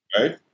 Right